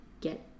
get